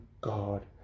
God